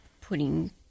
putting